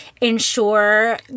ensure